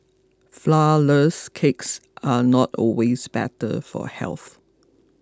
Flourless Cakes are not always better for health